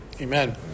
Amen